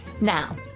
Now